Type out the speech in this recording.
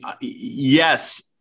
yes